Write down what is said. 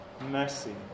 mercy